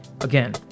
again